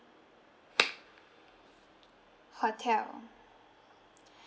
hotel